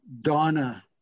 Donna